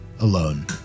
Alone